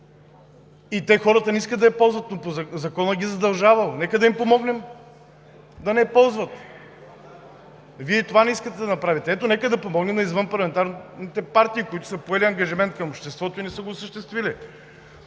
и те, хората, не искат да я ползват, но законът ги задължава. Нека да им помогнем да не я ползват. Вие това не искате да направите. Ето, нека да помогнем на извънпарламентарните партии, които са поели ангажимент към обществото и не са го осъществили.